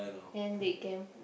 and they can